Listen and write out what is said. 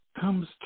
comes